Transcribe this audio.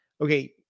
okay